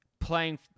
playing